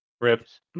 Rips